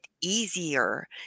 easier